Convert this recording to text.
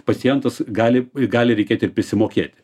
pacientas gali gali reikėti ir prisimokėti